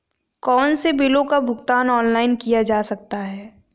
कौनसे बिलों का भुगतान ऑनलाइन किया जा सकता है?